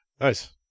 Nice